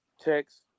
text